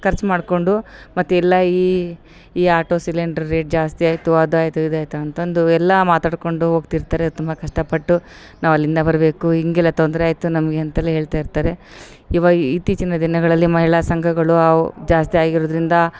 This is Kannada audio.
ಖರ್ಚ್ ಮಾಡಿಕೊಂಡು ಮತ್ತೆಲ್ಲ ಈ ಈ ಆಟೋ ಸಿಲಿಂಡ್ರ್ ರೇಟ್ ಜಾಸ್ತಿ ಐತು ಅದು ಆಯಿತು ಇದು ಆಯಿತು ಅಂತಂದು ಎಲ್ಲ ಮಾತಾಡಿಕೊಂಡು ಹೋಗ್ತಿರ್ತರೆ ತುಂಬ ಕಷ್ಟ ಪಟ್ಟು ನಾವಲ್ಲಿಂದ ಬರಬೇಕು ಹಿಂಗೆಲ್ಲ ತೊಂದರೆ ಐತು ನಮಗೆ ಅಂತೆಲ್ಲ ಹೇಳ್ತ ಇರ್ತಾರೆ ಇವಾಗ ಇತ್ತೀಚಿನ ದಿನಗಳಲ್ಲಿ ಮಹಿಳ ಸಂಘಗಳು ಅವು ಜಾಸ್ತಿ ಆಗಿರೋದ್ರಿಂದ